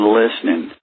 listening